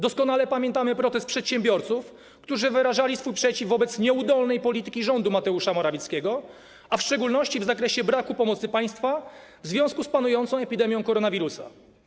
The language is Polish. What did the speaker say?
Doskonale pamiętamy protest przedsiębiorców, którzy wyrażali swój sprzeciw wobec nieudolnej polityki rządu Mateusza Morawieckiego, a w szczególności w zakresie braku pomocy państwa w związku z panującą epidemią koronawirusa.